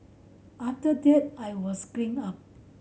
after that I was clean up